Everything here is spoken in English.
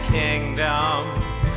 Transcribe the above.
kingdoms